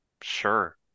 sure